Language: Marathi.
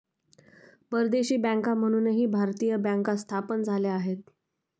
परदेशी बँका म्हणूनही भारतीय बँका स्थापन झाल्या आहेत